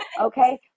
okay